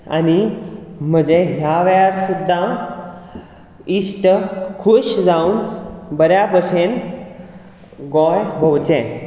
आनी म्हजें ह्या वेळार सुद्दां इश्ट खुश जावन बऱ्या भशेन गोंय भोंवचें